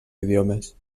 idiomes